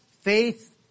faith